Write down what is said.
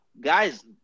guys